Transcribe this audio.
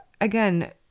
again